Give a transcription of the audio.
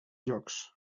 llocs